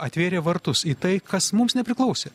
atvėrė vartus į tai kas mums nepriklausė